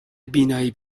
بینایی